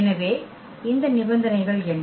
எனவே இந்த நிபந்தனைகள் என்ன